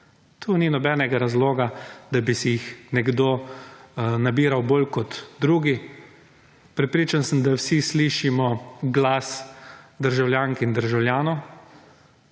Tu ni nobenega razloga, da bi si jih nekdo nabiral bolj kot drugi. Prepričan sem, da vsi slišimo glas državljank in državljanov,